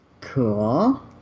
Cool